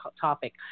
topic